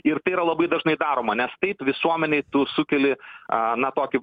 ir tai yra labai dažnai daroma nes taip visuomenei tu sukeli a na tokį